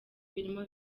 birimo